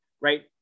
right